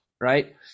right